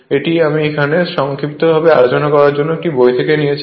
এটি আমি এখানে সংক্ষিপ্ত আলোচনার জন্য একটি বই থেকে নিয়েছি